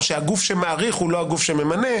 או שהגוף שמאריך הוא לא הגוף שממנה.